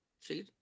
See